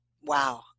wow